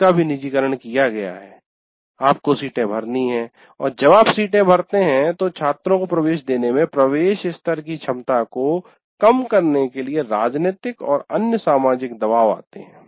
इसका भी निजीकरण किया गया है आपको सीटें भरनी हैं और जब आप सीटें भरते हैं तो छात्रों को प्रवेश देने में प्रवेश स्तर की क्षमता को कम करने के लिए राजनैतिक और अन्य सामाजिक दवाब आते है